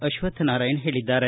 ಅಶ್ಲಕ್ಷನಾರಾಯಣ ಹೇಳಿದ್ದಾರೆ